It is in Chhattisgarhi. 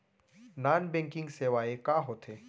नॉन बैंकिंग सेवाएं का होथे